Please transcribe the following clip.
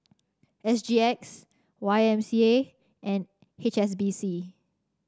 S G X Y M C A and H S B C